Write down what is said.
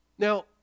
Now